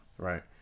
Right